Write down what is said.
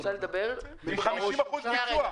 עם 50% ביצוע.